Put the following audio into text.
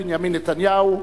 בנימין נתניהו,